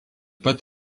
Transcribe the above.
pat